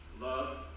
love